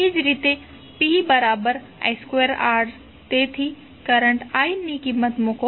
એ જ રીતે pi2R તેથી કરંટ i ની કિંમત મૂકો